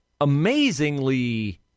amazingly